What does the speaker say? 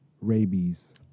rabies